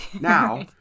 Now